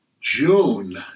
June